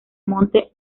monte